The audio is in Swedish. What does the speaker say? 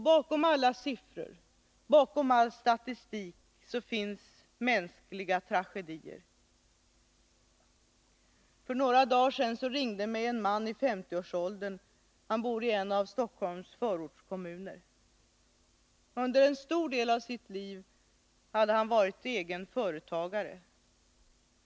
Bakom alla siffror och bakom all statistik finns mänskliga tragedier. För några dagar sedan ringde mig en man i 50-årsåldern. Han bor i en av Stockholms förortskommuner. Under en stor del av sitt liv har han varit egen företagare.